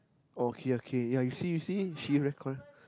oh okay okay you see you see she recon~